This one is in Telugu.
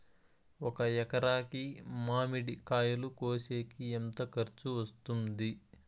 ఒక ఎకరాకి మామిడి కాయలు కోసేకి ఎంత ఖర్చు వస్తుంది?